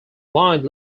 blind